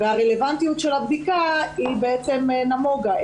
והרלוונטיות של הבדיקה נמוגה,